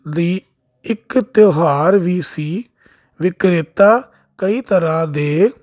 ਦੀ ਇੱਕ ਤਿਉਹਾਰ ਵੀ ਸੀ ਵਿਕਰੇਤਾ ਕਈ ਤਰ੍ਹਾਂ ਦੇ